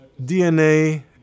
DNA